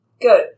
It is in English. Good